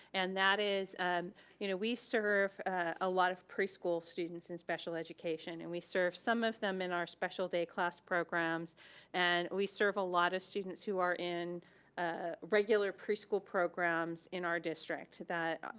and that is you know we serve a lot of preschool students in special education and we serve some of them in our special day class programs and we serve a lot of students who are in ah regular preschool programs in our district that,